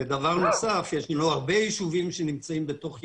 יש הרבה ישובים שנמצאים בתוך יערות.